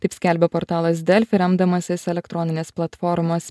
taip skelbia portalas delfi remdamasis elektroninės platformos